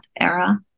era